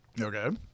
Okay